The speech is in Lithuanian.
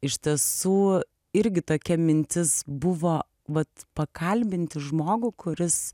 iš tiesų irgi tokia mintis buvo vat pakalbinti žmogų kuris